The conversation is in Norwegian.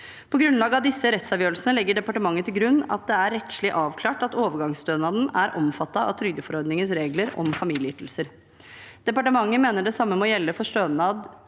På grunnlag av disse rettsavgjørelsene legger departementet til grunn at det er rettslig avklart at overgangsstønaden er omfattet av trygdeforordningens regler om familieytelser. Departementet mener det samme må gjelde for stønad